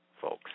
folks